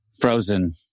Frozen